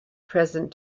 present